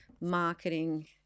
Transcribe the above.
marketing